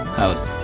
house